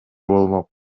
болмок